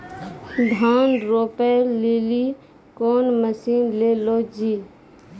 धान रोपे लिली कौन मसीन ले लो जी?